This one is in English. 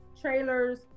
trailers